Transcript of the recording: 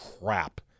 crap